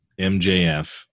MJF